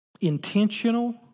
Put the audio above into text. intentional